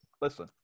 listen